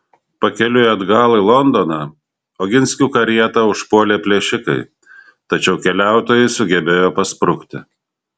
pakeliui atgal į londoną oginskių karietą užpuolė plėšikai tačiau keliautojai sugebėjo pasprukti